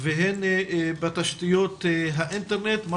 בין אם הפנייה היא ממזרח ירושלים או